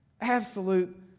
absolute